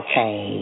Okay